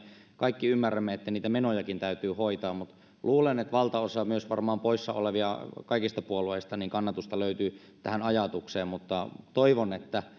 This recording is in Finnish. kaikki ymmärrämme että niitä menojakin täytyy hoitaa luulen että varmaan valtaosa myös poissa olevista että kaikista puolueista löytyy kannatusta tähän ajatukseen toivon että